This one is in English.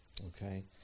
Okay